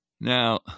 Now